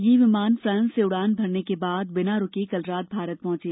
ये विमान फ्रांस से उड़ान भरने के बाद बिना रूके कल रात भारत पहुंचे